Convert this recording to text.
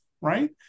right